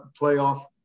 playoff